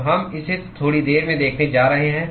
तो हम इसे थोड़ी देर में देखने जा रहे हैं